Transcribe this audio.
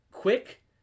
Quick